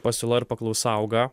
pasiūla ir paklausa auga